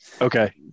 Okay